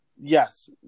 Yes